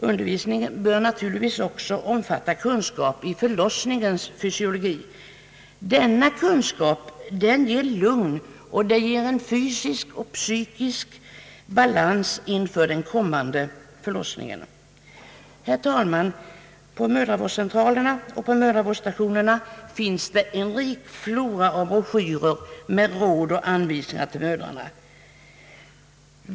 Undervisningen bör även omfatta kunskap i förlossningens fysiologi. Denna kunskap ger lugn och fysisk och psykisk balans inför den kommande förlossningen. Herr talman! På mödravårdscentralerna och på mödravårdsstationerna finns en rik flora av broschyrer med råd och anvisningar till mödrarna.